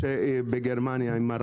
בגרמניה למשל,